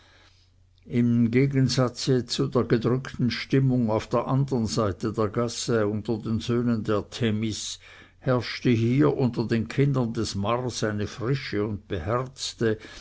im gegensatze zu der gedrückten stimmung auf der anderen seite der gasse unter den söhnen der themis herrschte hier unter den kindern des mars eine frische und beherzte